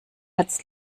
herz